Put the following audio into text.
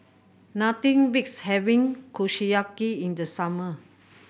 nothing beats having Kushiyaki in the summer